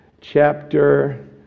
chapter